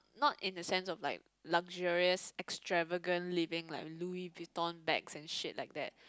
not in a sense of like luxurious extravagant living like Louis Vuitton bags and shit like that